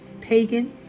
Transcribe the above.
pagan